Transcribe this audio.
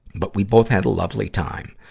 but we both had a lovely time.